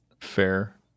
Fair